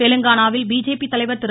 தெலுங்கானாவில் பிஜேபி தலைவர் திரு